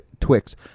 Twix